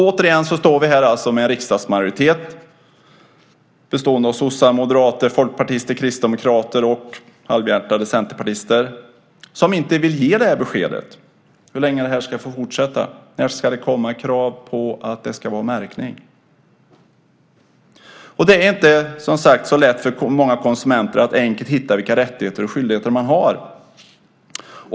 Återigen står vi här med en riksdagsmajoritet bestående av sossar, moderater, folkpartister, kristdemokrater och halvhjärtade centerpartister som inte vill ge det beskedet hur länge det ska få fortsätta. När ska det komma krav på att det ska vara märkning? Det är inte så lätt för många konsumenter att enkelt hitta vilka rättigheter och skyldigheter man har.